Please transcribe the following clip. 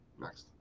Next